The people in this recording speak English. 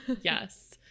Yes